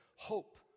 Hope